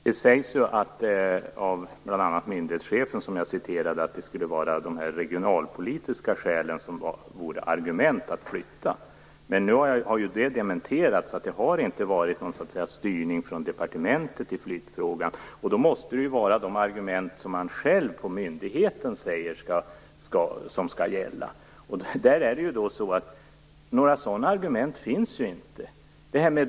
Fru talman! Det sägs av bl.a. myndighetschefen, som jag citerade, att det skulle finnas regionalpolitiska skäl för att flytta. Nu har det dementerats. Det har inte varit någon styrning från departementet i flyttfrågan. Då måste det vara de argument som man anger på myndigheten som gäller. Några sådana argument finns inte.